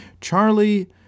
Charlie